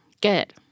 good